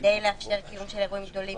כדי לאפשר קיום של אירועים גדולים,